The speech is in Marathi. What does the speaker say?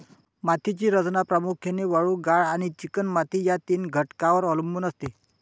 मातीची रचना प्रामुख्याने वाळू, गाळ आणि चिकणमाती या तीन घटकांवर अवलंबून असते